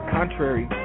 contrary